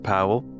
Powell